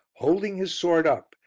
holding his sword up,